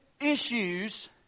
issues